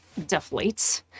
deflates